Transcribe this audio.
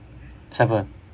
siapa